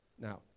Now